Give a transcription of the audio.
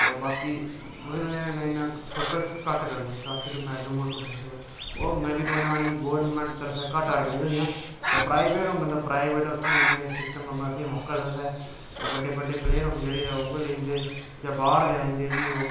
बाकी ओह्दी वजह् नै इन्ना फोकस घट्ट करदे ट्रॉफी मैडल मूडल गोरमैंट दी तरफा टूर्नामैंटा घट्ट आर्गनाईज़ होंदियां न ते प्राईवेट होङन ते उत्थै इन्ना सिसटम होंदा ऐ ते जेह्डे बडे बडे प्लेयर होंदे बाह्रै दे ऊऐ लेई जंदे